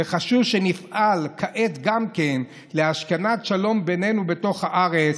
וחשוב שנפעל כעת גם להשכנת שלום בינינו בתוך הארץ,